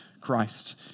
Christ